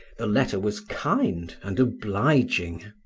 the letter was kind and obliging.